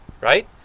right